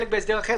חלק בהסדר אחר.